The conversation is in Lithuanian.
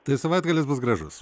tai savaitgalis bus gražus